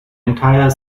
entire